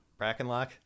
Brackenlock